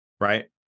right